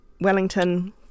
Wellington